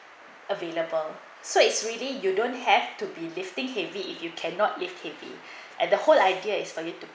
available so it's really you don't have to be lifting heavy if you cannot live lift heavy at the whole idea is for you to